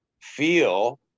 feel